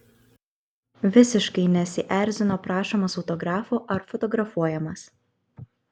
visiškai nesierzino prašomas autografų ar fotografuojamas